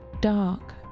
Dark